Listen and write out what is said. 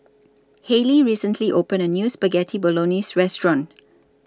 Haley recently opened A New Spaghetti Bolognese Restaurant